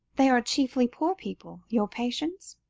they are chiefly poor people, your patients?